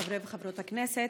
חברי וחברות הכנסת,